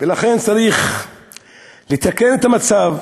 לכן צריך לתקן את המצב,